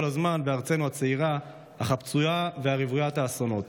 הזמן בארצנו הצעירה אך הפצועה ורוויית האסונות.